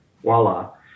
voila